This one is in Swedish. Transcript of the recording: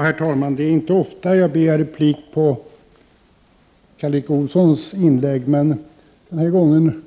Herr talman! Det är inte ofta jag begär replik på Karl Erik Olssons inlägg, men den här gången